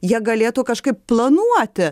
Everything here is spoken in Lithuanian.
jie galėtų kažkaip planuoti